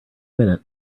minute